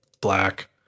black